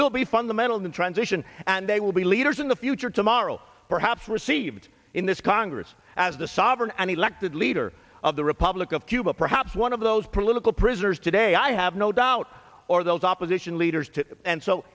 will be fundamental in the transition and they will be leaders in the future tomorrow perhaps received in this congress as the sovereign and elected leader of the republic of cuba perhaps one of those political prisoners today i have no doubt or those opposition leaders to and so